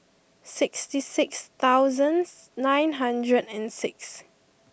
sixty six thousands nine hundred and six